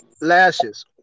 lashes